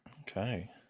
Okay